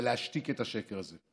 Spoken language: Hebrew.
ולהשתיק את השקר הזה.